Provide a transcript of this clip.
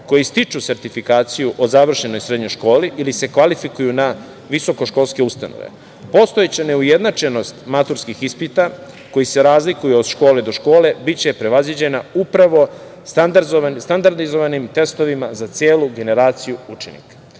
koji stiču sertifikaciju o završenoj srednjoj školi ili se kvalifikuju na visokoškolske ustanove. Postojeća neujednačenost maturskih ispita koji se razlikuju od škole do škole biće prevaziđena upravo standardizovanim testovima za celu generaciju učenika